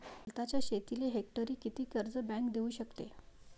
वलताच्या शेतीले हेक्टरी किती कर्ज बँक देऊ शकते?